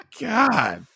God